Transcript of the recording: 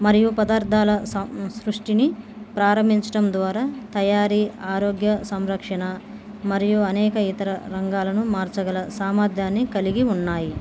మరియు పదార్థాల సం సృష్టిని ప్రారంభించటడం ద్వారా తయారీ ఆరోగ్య సంరక్షణ మరియు అనేక ఇతర రంగాలను మార్చగల సామర్ధ్యాన్ని కలిగి ఉన్నాయి